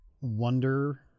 wonder